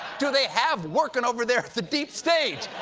do they have working over there at the deep state?